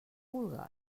vulgues